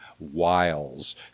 wiles